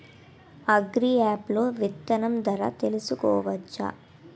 Agri app లో విత్తనం ధర కనుకోవచ్చా?